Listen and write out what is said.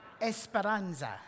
Esperanza